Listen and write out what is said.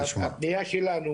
הפנייה שלנו,